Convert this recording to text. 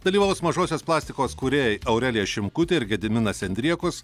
dalyvaus mažosios plastikos kūrėjai aurelija šimkutė ir gediminas andriekus